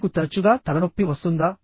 మీకు తరచుగా తలనొప్పి వస్తుందా